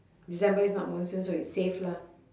december is not monsoon so it's safe lah